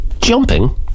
jumping